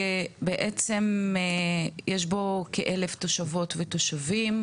בעצם יש בו כ-1,000 תושבות ותושבים,